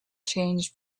changed